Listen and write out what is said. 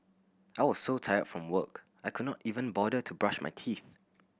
I was so tired from work I could not even bother to brush my teeth